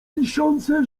tysiące